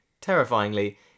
terrifyingly